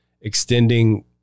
extending